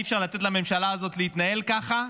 אי-אפשר לתת לממשלה הזאת להתנהל ככה.